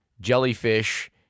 jellyfish